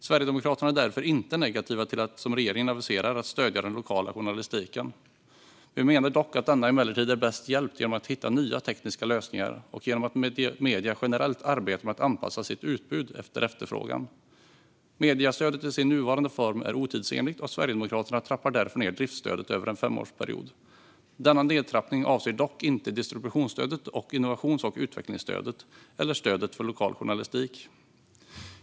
Sverigedemokraterna är därför inte negativa till att, som regeringen aviserar, stödja den lokala journalistiken. Vi menar dock att denna emellertid är bäst hjälpt genom att man hittar nya tekniska lösningar och genom att medierna generellt arbetar med att anpassa sitt utbud efter efterfrågan. Mediestödet i sin nuvarande form är otidsenligt, och Sverigedemokraterna trappar därför ned driftsstödet över en femårsperiod. Denna nedtrappning avser dock inte distributionsstödet och innovations och utvecklingsstödet eller stödet för lokal journalistik.